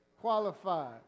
qualified